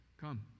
Come